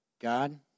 God